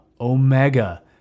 omega